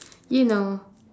you know